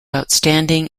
outstanding